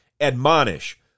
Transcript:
admonish